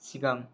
सिगां